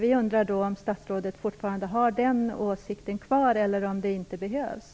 Vi undrar om statsrådet fortfarande har den åsikten kvar eller om det inte behövs.